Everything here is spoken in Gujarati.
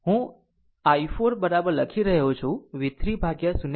હું i4 લખી રહ્યો છું v3 ભાગ્યા 0